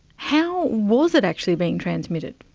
how was it actually being transmitted?